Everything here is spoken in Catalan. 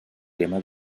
tema